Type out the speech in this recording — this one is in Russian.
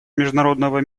международного